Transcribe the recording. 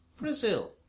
Brazil